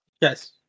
yes